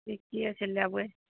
ठीके छै लेबै